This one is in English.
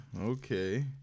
Okay